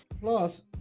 plus